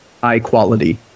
high-quality